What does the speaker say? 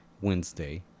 Wednesday